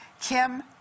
Kim